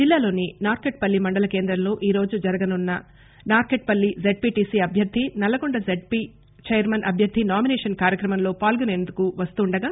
జిల్లాలోని మార్కెట్ పల్లి మండల కేంద్రంలో ఈరోజు జరగనున్న నార్కట్ పల్లి జడ్పీటీసీ అభ్యర్ధి నల్గొండ జడ్పీ చైర్మన్ అభ్యర్ధి నామిసేషన్ కార్యక్రంలో పాల్గొసేందుకు వస్తుండగా